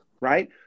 right